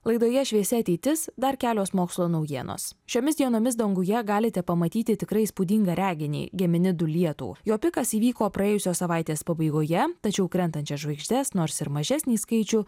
laidoje šviesi ateitis dar kelios mokslo naujienos šiomis dienomis danguje galite pamatyti tikrai įspūdingą reginį geminidų lietų jo pikas įvyko praėjusios savaitės pabaigoje tačiau krentančias žvaigždes nors ir mažesnį skaičių